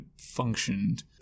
functioned